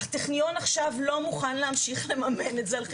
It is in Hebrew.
הטכניון עכשיו לא מוכן להמשיך לממן את זה על חשבונו,